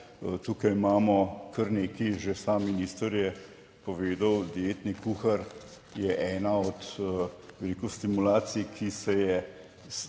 Tukaj imamo kar nekaj, že sam minister je povedal, dietni kuhar je ena od, bi rekel, stimulacij, ki se je